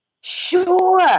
Sure